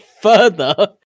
further